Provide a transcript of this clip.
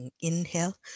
Inhale